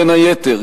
בין היתר,